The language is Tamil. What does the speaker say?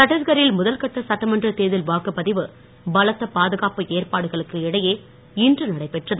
சட்டீஸ்கரில் முதல் கட்ட சட்டமன்ற தேர்தல் வாக்குப்பதிவு பலத்த பாதுகாப்பு ஏற்பாடுகளுக்கு இடையே இன்று நடைபெற்றது